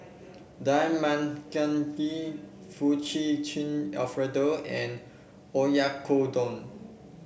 Dal Makhani Fettuccine Alfredo and Oyakodon